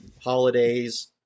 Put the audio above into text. holidays